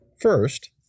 First